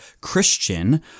Christian